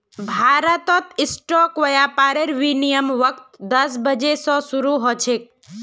भारतत स्टॉक व्यापारेर विनियमेर वक़्त दस बजे स शरू ह छेक